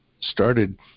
started